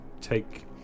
Take